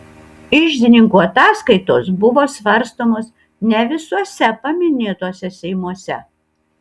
iždininkų ataskaitos buvo svarstomos ne visuose paminėtuose seimuose